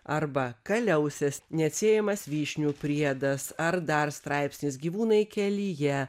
arba kaliausės neatsiejamas vyšnių priedas ar dar straipsnis gyvūnai kelyje